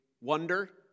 wonder